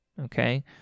Okay